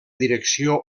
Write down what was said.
direcció